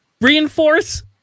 Reinforce